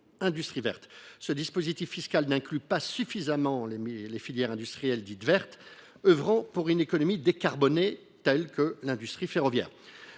En effet, ce dispositif fiscal ne cible pas suffisamment les filières industrielles dites vertes œuvrant pour une économie décarbonée, telles que l’industrie ferroviaire.